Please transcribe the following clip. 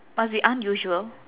must be unusual